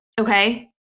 Okay